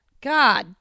God